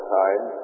time